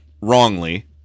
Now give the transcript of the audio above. wrongly